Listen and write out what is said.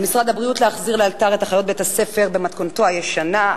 על משרד הבריאות להחזיר לאלתר את אחיות בית-הספר במתכונת הישנה,